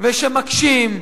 שמקשים,